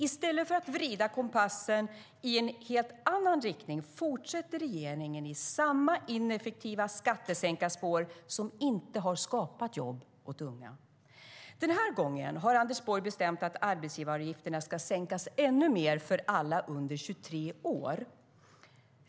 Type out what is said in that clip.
I stället för att vrida kompassen i en helt annan riktning fortsätter regeringen i samma ineffektiva skattesänkarspår, vilket inte har skapat jobb åt unga. Den här gången har Anders Borg bestämt att arbetsgivaravgifterna ska sänkas ännu mer för alla under 23 år.